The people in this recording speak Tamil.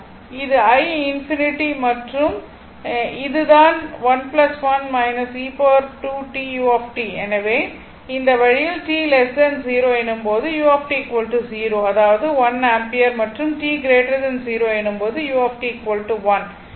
இது i∞ மற்றும் இது தான் எனவே இந்த வழியில் t 0 எனும் போது u 0 அதாவது 1 ஆம்பியர் மற்றும் t 0 எனும் போது u 1